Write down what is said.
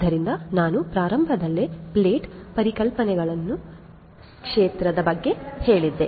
ಆದ್ದರಿಂದ ನಾನು ಪ್ರಾರಂಭದಲ್ಲಿ ಪ್ಲೇಟ್ ಪರಿಕಲ್ಪನೆಯನ್ನು ಕ್ಷೇತ್ರದ ಬಗ್ಗೆ ಹೇಳಿದೆ